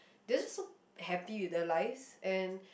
they are just so happy with their lives and